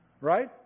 Right